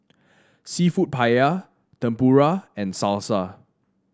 seafood Paella Tempura and Salsa